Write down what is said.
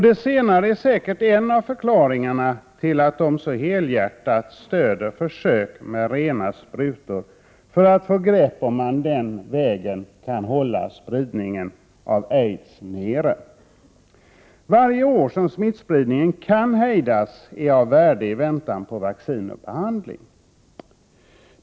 Det senare är säkert en av förklaringarna till att de så helhjärtat stöder försök med rena sprutor, för att den vägen hålla tillbaka spridningen av aids. Varje år som smittspridningen kan hejdas är av värde i väntan på vaccin och behandling.